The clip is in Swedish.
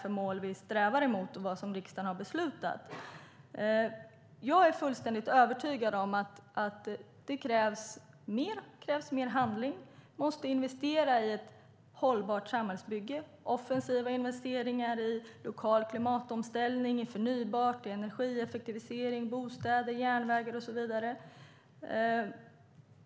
Vilka mål är det vi strävar emot, och vad är det som riksdagen har beslutat? Jag är fullständigt övertygad om att det krävs mer. Det krävs mer handling. Vi måste investera i ett hållbart samhällsbygge. Vi måste göra offensiva investeringar i lokal klimatomställning, i förnybart, i energieffektivisering, i bostäder, i järnvägar och så vidare.